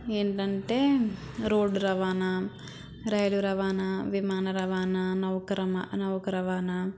ఏంటంటే రోడ్డు రవాణా రైలు రవాణా విమాన రవాణా నౌక రమా నౌక రవాణా